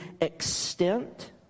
extent